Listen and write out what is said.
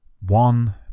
one